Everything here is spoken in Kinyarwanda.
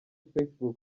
facebook